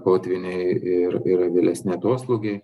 potvyniai ir ir vėlesni atoslūgiai